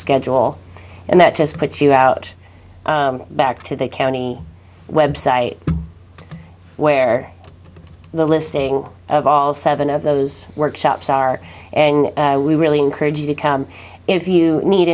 schedule and that just puts you out back to the county website where the listing of all seven of those workshops are and we really encourage you to come if you need